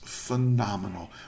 phenomenal